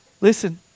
Listen